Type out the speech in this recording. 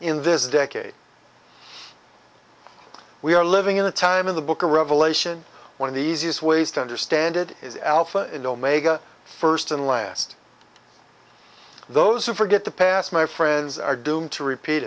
in this decade we are living in a time in the book of revelation one of the easiest ways to understand it is alpha and omega first and last those who forget the past my friends are doomed to repeat